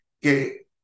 que